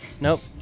Nope